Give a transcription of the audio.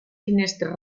finestres